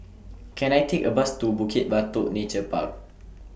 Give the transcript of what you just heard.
Can I Take A Bus to Bukit Batok Nature Park